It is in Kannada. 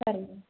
ಸರಿ ಮ್ಯಾಮ್